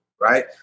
right